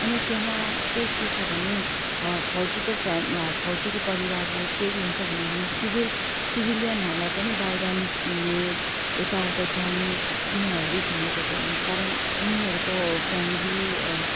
अनि त्यहाँ चाहिँ के छ भने फौजीको फ्याम फौजीको परिवारलाई केही हुन्छ भने हामी सिभिल सिभिलियनहरूलाई पनि बाहिर निस्किने यताउता जाने उनीहरूले दिएको थिएन कारण उनीहरूको फ्यामिली